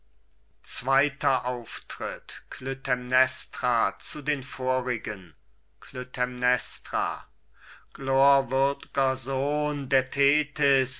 zögernden atriden klytämnestra zu den vorigen klytämnestra glorwürd'ger sohn der thetis